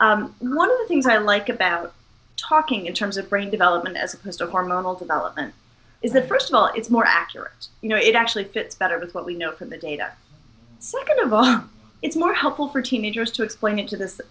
that one of the things i like about talking in terms of brain development as most of hormonal development is the first of all it's more accurate you know it actually fits better with what we know from the data second of all it's more helpful for teenagers to explain it to this